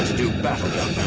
do battle young